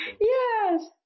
yes